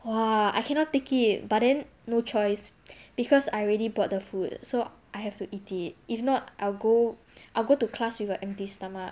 !wah! I cannot take it but then no choice because I already bought the food so I have to eat it if not I'll go I'll go to class with a empty stomach